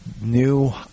new